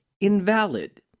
invalid